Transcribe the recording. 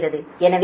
எனவே 1 0